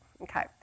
Okay